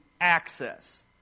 access